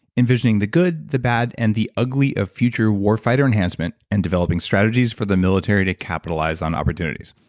envisioning the good the bad and the ugly of future war fighter enhancement and developing strategies for the military to capitalize on opportunities.